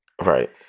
Right